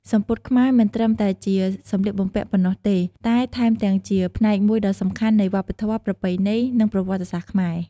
សំពត់ខ្មែរមិនត្រឹមតែជាសំលៀកបំពាក់ប៉ុណ្ណោះទេ តែថែមទាំងជាផ្នែកមួយដ៏សំខាន់នៃវប្បធម៌ ប្រពៃណី និងប្រវត្តិសាស្ត្រខ្មែរ។